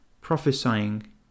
prophesying